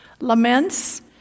laments